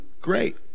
Great